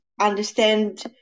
understand